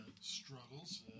struggles